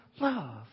love